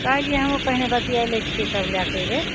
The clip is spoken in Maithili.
कहलिऐ हमहुँ पहिने बतिआए लै छियै तब लैके एबै